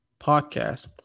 podcast